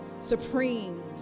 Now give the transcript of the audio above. supreme